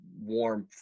warmth